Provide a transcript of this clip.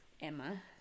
Emma